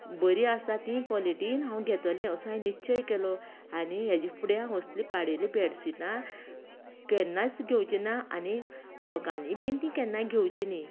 बरी आसात तीं काॅलिटी हांव घेतलें असो हायेन निश्चय केलो आनी हेजे फुडें हांव असलीं पाडेलीं बेडशीटां केन्नाच घेवचीना आनी लोकांनी बीन तीं केन्नाय घेवचीं न्ही